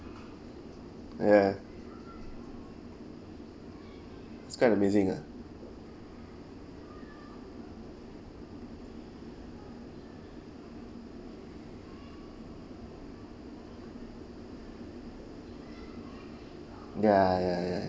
ya is kind of missing ah ya ya ya